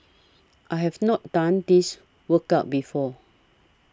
I've not done this workout before